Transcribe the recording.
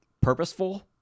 purposeful